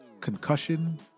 concussion